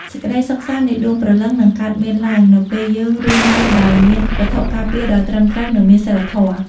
សេចក្តីសុខសាន្តនៃដួងព្រលឹងនឹងកើតមានឡើងនៅពេលយើងរស់នៅដោយមានវត្ថុការពារដ៏ត្រឹមត្រូវនិងមានសីលធម៌។